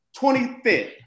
25th